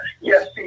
Yes